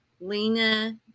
lena